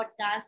podcast